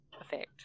effect